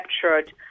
captured